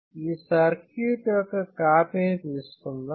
ఈ సర్క్యూట్ యొక్క కాపీని తీసుకుందాం